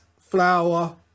flour